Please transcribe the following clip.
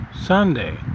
Sunday